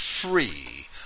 free